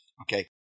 Okay